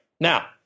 Now